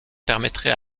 permettrait